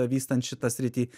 vystant šitą sritį